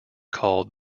called